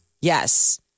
Yes